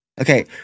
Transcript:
Okay